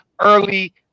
early